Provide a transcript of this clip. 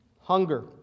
Hunger